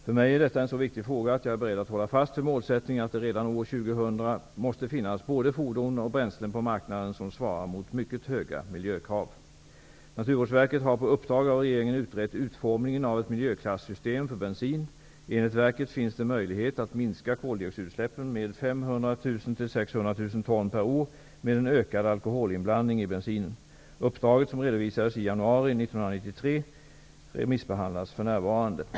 För mig är detta en så viktig fråga att jag är beredd att hålla fast vid målsättningen att det redan år 2000 måste finnas både fordon och bränslen på marknaden som svarar mot mycket höga miljökrav. Naturvårdsverket har på uppdrag av regeringen utrett utformningen av ett miljöklassystem för bensin. Enligt verket finns det möjlighet att minska koldioxidutsläppen med 500 000--600 000 ton per år med en ökad alkoholinblandning i bensinen. remissbehandlas för närvarande.